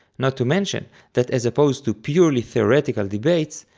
not to mention that as opposed to purely theoretical debates,